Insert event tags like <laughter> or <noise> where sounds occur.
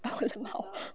<laughs>